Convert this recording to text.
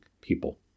people